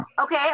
Okay